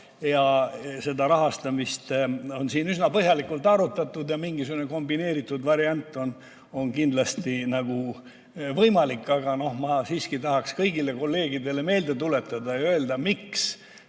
teavad. Rahastamist on siin üsna põhjalikult arutatud. Mingisugune kombineeritud variant on kindlasti võimalik. Aga ma siiski tahaksin kõigile kolleegidele meelde tuletada ja öelda, miks